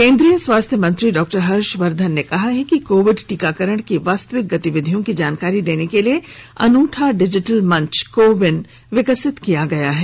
केन्द्रीय स्वास्थ्य मंत्री डॉक्टर हर्षवर्धन ने कहा है कि कोविड टीकाकरण की वास्तविक गतिविधियों की जानकारी देने के लिए अनूठा डिजिटल मंच को विन विकसित किया गया है